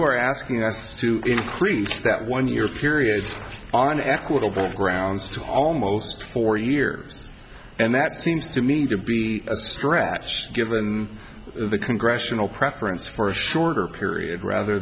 are asking us to increase that one year period on aquittal backgrounds to almost four years and that seems to me to be a stretch given the congressional preference for a shorter period rather